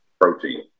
protein